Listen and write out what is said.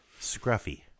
Scruffy